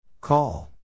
Call